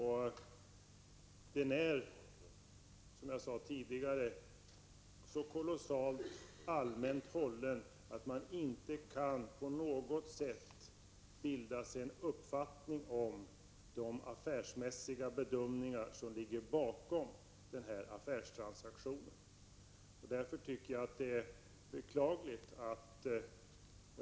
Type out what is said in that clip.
Den är, som jag sade tidigare, så kolossalt allmänt hållen att man inte på något sätt kan bilda sig en uppfattning om de affärsmässiga bedömningar som ligger bakom denna affärstransaktion. Jag tycker att detta är beklagligt.